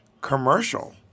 commercial